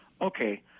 okay